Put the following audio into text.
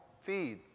feed